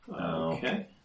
Okay